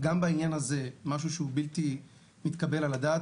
גם בעניין הזה משהו שהוא בלתי מתקבל על הדעת.